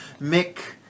Mick